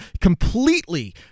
completely